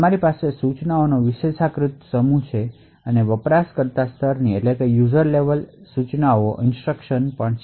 તમારી પાસે સૂચનોનો વિશેષાધિકૃત સમૂહ અને યુઝર સ્તરની ઇન્સટ્રક્શનશ છે